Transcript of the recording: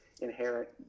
inherent